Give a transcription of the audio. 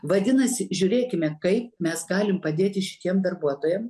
vadinasi žiūrėkime kaip mes galim padėti šitiem darbuotojam